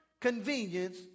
convenience